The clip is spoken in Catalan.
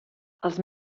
els